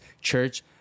church